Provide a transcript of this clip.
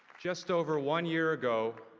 just over one year ago,